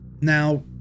Now